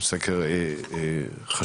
אבל פה לא פחות